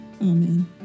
Amen